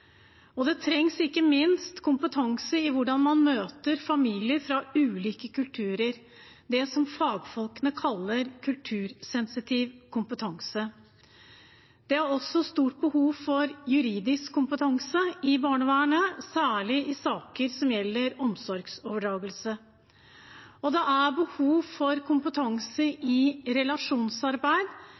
trengs det kompetanse i hvordan man møter familier fra ulike kulturer, det som fagfolkene kaller kultursensitiv kompetanse. Det er også stort behov for juridisk kompetanse i barnevernet, særlig i saker som gjelder omsorgsoverdragelse, og det er behov for kompetanse i relasjonsarbeid,